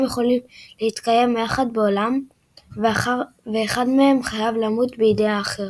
יכולים להתקיים יחד בעולם ואחד מהם חייב למות בידי האחר.